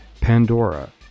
Pandora